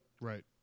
Right